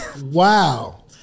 Wow